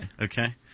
Okay